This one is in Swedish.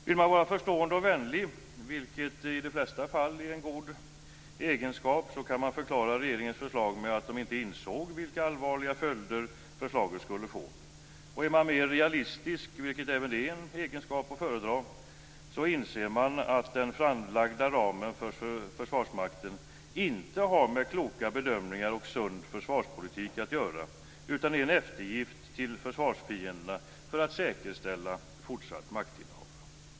Vill man vara förstående och vänlig, vilket i de flesta fall är en god egenskap, kan man förklara regeringens förslag med att regeringen inte insåg vilka allvarliga följder förslaget skulle få. Är man mer realistisk, vilket även det är en egenskap att föredra, inser man att den framlagda ramen för Försvarsmakten inte har med kloka bedömningar och sund försvarspolitik att göra, utan är en eftergift till försvarsfienderna för att säkerställa fortsatt maktinnehav.